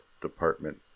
department